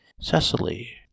Cecily